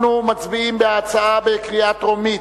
אנחנו מצביעים על ההצעה בקריאה טרומית,